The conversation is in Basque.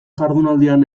jardunaldian